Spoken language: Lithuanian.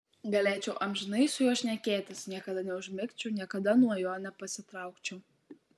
galėčiau amžinai su juo šnekėtis niekada neužmigčiau niekada nuo jo nepasitraukčiau